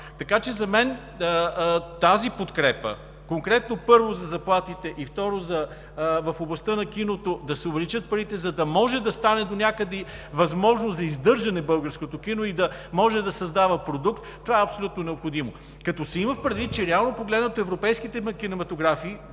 талант. За мен тази подкрепа конкретно – първо, заплатите и второ, в областта на киното да се увеличат парите, за да може да стане донякъде възможно за издържане българското кино и да може да създава продукт, това е абсолютно необходимо. Като се има предвид, че реално погледнато европейските кинематографии